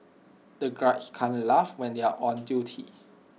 the guards can't laugh when they are on duty